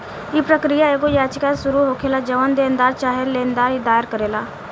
इ प्रक्रिया एगो याचिका से शुरू होखेला जवन देनदार चाहे लेनदार दायर करेलन